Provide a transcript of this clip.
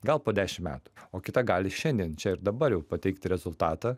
gal po dešim metų o kita gali šiandien čia ir dabar jau pateikti rezultatą